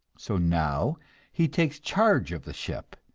so now he takes charge of the ship,